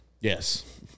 Yes